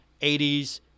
80s